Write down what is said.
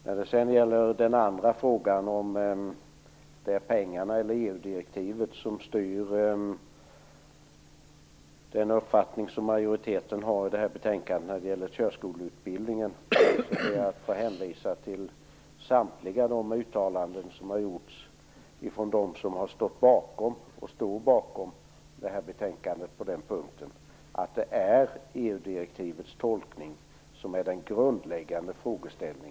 När det sedan gäller den andra frågan, om det är pengarna eller EU-direktivet som styr den uppfattning som majoriteten har om körskoleutbildningen, ber jag få hänvisa till samtliga de uttalanden som har gjorts från dem som står bakom betänkandet på den punkten. Det är EU-direktivets tolkning som är den grundläggande frågan.